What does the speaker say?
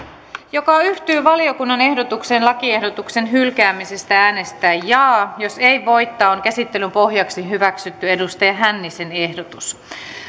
joka yhtyy valiokunnan ehdotukseen lakiehdotuksen hylkäämisestä äänestää jaa jos ei voittaa on käsittelyn pohjaksi hyväksytty katja hännisen ehdotus